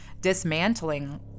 dismantling